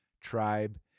Tribe